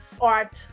art